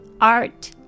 art